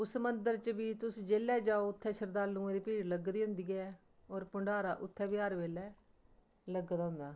उस मंदर च बी तुस जेल्लै जाओ उत्थै शरदालुएं दी भीड़ लग्गी दी होंदी ऐ होर भण्डारा बी उत्थै हर बेल्लै लग्गे दा होंदा